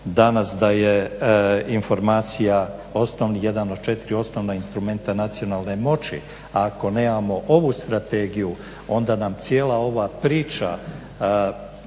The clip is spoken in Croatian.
danas da je informacija jedan od četiri osnovna instrumenta nacionalne moći. Ako nemamo ovu strategiju onda nam cijela ova priča